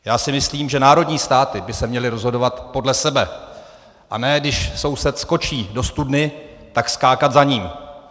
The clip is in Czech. Já si myslím, že národní státy by se měly rozhodovat podle sebe, a ne když soused skočí do studny, tak skákat za ním!